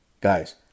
Guys